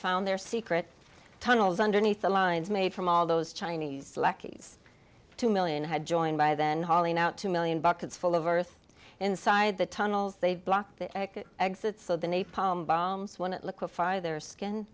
found their secret tunnels underneath the lines made from all those chinese lackeys two million had joined by then hauling out two million buckets full of earth inside the tunnels they blocked the exits so the napalm bombs when it liquefy their skin